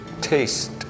Taste